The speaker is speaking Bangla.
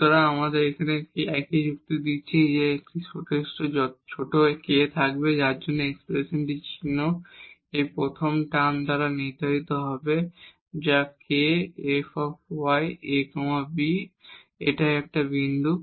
সুতরাং আমরা এখানে একই যুক্তি দিচ্ছি যে একটি যথেষ্ট ছোট k থাকবে যার জন্য এই এক্সপ্রেশনটির চিহ্ন এই প্রথম টার্ম দ্বারা নির্ধারিত হবে যা k fy a b এবং এটাই এখানে বিন্দু